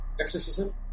exorcism